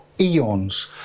Eons